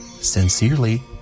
Sincerely